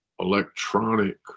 electronic